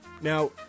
Now